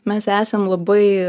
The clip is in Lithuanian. mes esam labai